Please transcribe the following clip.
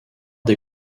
des